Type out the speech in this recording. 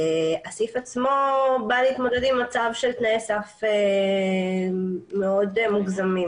הסעיף עצמו בא להתמודד עם מצב של תנאי סף מאוד מוגזמים,